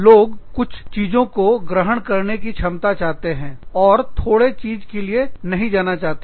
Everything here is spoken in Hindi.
लोग कुछ चीजों को ग्रहण करनेपाने की क्षमता चाहते हैं और थोड़े चीज के लिए नहीं जाना चाहते